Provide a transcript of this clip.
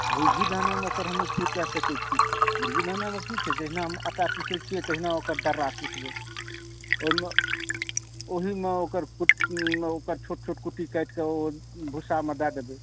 मुर्गी दानामे ओकर हम उपयोग कै सकैत छी मुर्गी दानामे की छी जेहना हम आटा पीसैत छियै तहिना ओकर चारा पीसबै ओहिमे ओहिमे ओकर छोट छोट कुट्टी काटिके ओ भूसामे दै देबै